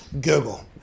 Google